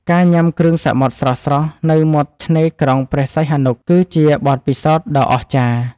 ការញ៉ាំគ្រឿងសមុទ្រស្រស់ៗនៅមាត់ឆ្នេរក្រុងព្រះសីហនុ គឺជាបទពិសោធន៍ដ៏អស្ចារ្យ។